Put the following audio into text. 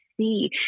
See